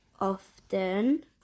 often